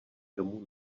domů